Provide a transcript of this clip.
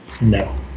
No